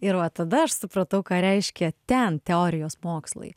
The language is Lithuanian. ir va tada aš supratau ką reiškia ten teorijos mokslai